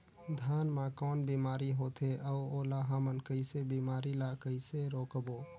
धान मा कौन बीमारी होथे अउ ओला हमन कइसे बीमारी ला कइसे रोकबो?